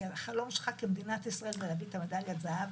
כי החלום שלך כמדינת ישראל זה להביא את מדליית הזהב,